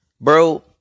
bro